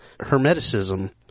Hermeticism